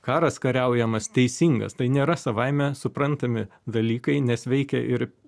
karas kariaujamas teisingas tai nėra savaime suprantami dalykai nes veikia ir